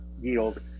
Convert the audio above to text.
yield